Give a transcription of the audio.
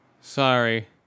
Sorry